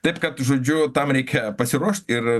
taip kad žodžiu tam reikia pasiruošt ir